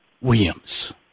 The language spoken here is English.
Williams